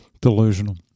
Delusional